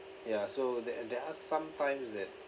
ya so there there are sometimes that